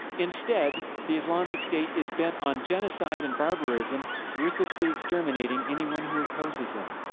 instead, the islamic state is bent on genocide and barbarism, ruthlessly exterminating anyone who opposes them.